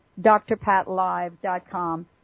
drpatlive.com